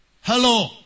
hello